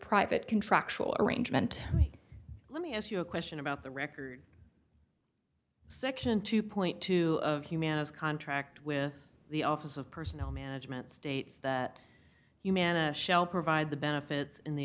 private contractual arrangement let me ask you a question about the record section two point two of humanity's contract with the office of personnel management states the humana shell provide the benefits in the